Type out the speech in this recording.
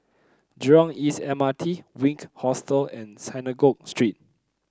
Jurong East M R T Station Wink Hostel and Synagogue Street